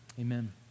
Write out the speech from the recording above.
Amen